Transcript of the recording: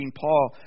Paul